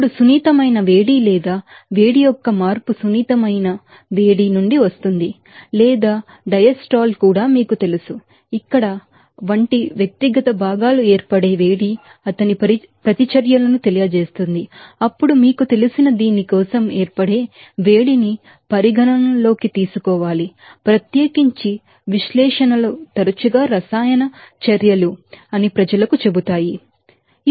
ఇప్పుడు సున్నితమైన వేడి లేదా వేడి యొక్క మార్పు సున్నితమైన వేడి నుండి వస్తుంది లేదా డయాస్ట్రాల్ కూడా మీకు తెలుసు ఇక్కడ వంటి వ్యక్తిగత భాగాలు ఏర్పడే వేడి అతని ప్రతిచర్యలను తెలియజేస్తుంది అప్పుడు మీకు తెలిసిన దీని కోసం ఏర్పడే వేడిని పరిగణనలోకి తీసుకోవాలి ప్రత్యేకించి విశ్లేషణలు తరచుగా రసాయన చర్యలు అని ప్రజలకు చెబుతాయి